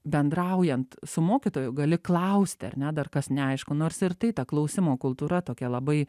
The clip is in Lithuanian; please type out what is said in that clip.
bendraujant su mokytoju gali klausti ar ne dar kas neaišku nors ir tai ta klausimo kultūra tokia labai